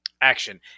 action